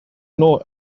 know